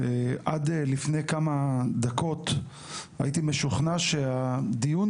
עד לפני כמה דקות הייתי משוכנע שהדיון